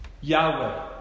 Yahweh